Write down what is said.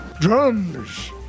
Drums